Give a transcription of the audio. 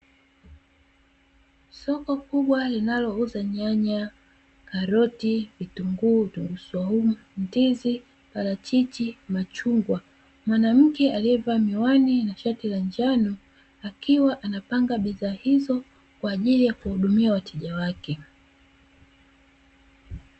Soko kubwa linalouza nyanya, karoti, vitunguu saumu, ndizi, parachichi, machungwa. Mwanamke aliyevaa miwani na shati la njano akiwa anapanga bidhaa hizo kwa ajili ya kuhudumia wateja wake.